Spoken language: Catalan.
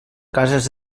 cases